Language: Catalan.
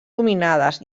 dominades